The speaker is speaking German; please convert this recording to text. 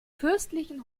fürstlichen